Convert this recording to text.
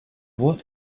what